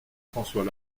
françois